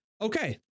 okay